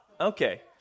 okay